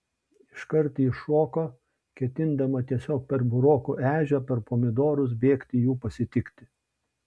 iškart ji šoko ketindama tiesiog per burokų ežią per pomidorus bėgti jų pasitikti